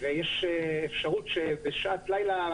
אז גם כשחושבים כמה שטח צריך לצמצם בשדה תעופה